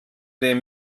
der